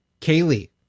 Kaylee